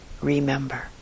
remember